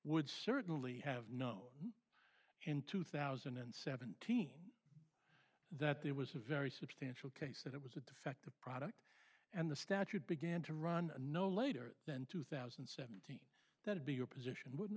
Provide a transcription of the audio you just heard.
would certainly have known in two thousand and seventeen that there was a very substantial case that it was a defective product and the statute began to run no later than two thousand and seventy that would be your position wouldn't